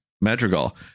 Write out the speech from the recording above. Madrigal